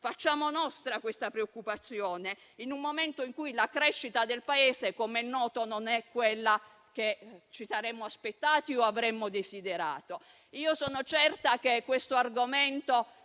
Facciamo nostra questa preoccupazione, in un momento in cui la crescita del Paese - com'è noto - non è quella che ci saremmo aspettati o avremmo desiderato. Io sono certa che questo argomento